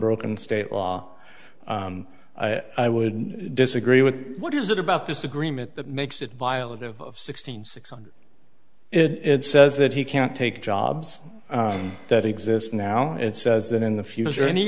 broken state law i would disagree with what is it about this agreement that makes it vile of sixteen six one it says that he can't take jobs that exist now it says that in the future any